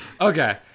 Okay